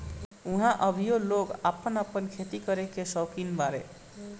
ऊहाँ अबहइयो लोग आपन आपन खेती करे कअ सौकीन बाने